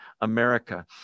America